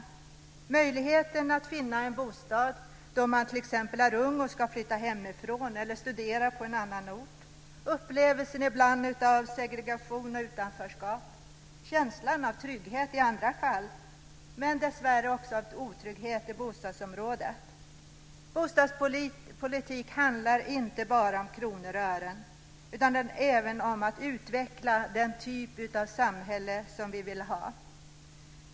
Det handlar om möjligheten att finna en bostad då man t.ex. är ung och ska flytta hemifrån eller studera på en annan ort, upplevelsen ibland av segregation och utanförskap, känslan av trygghet i andra fall men dessvärre också av otrygghet i bostadsområdet. Bostadspolitik handlar inte bara om kronor och ören utan även om att utveckla den typ av samhälle som vi vill ha.